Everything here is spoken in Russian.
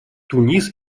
тунис